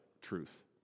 truth